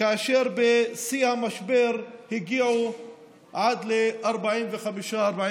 כאשר בשיא המשבר הם הגיעו עד ל-45%-46%.